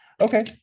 Okay